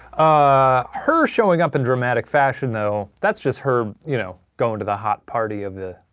ah her showing up in dramatic fashion, though. that's just her, you know, going to the hot party of the.